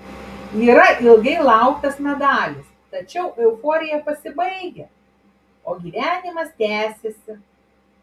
yra ilgai lauktas medalis tačiau euforija pasibaigia o gyvenimas tęsiasi